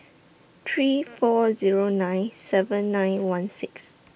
three four Zero nine seven nine one six